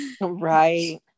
Right